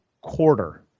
quarter